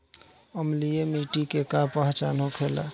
अम्लीय मिट्टी के का पहचान होखेला?